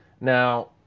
Now